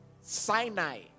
Sinai